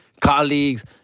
colleagues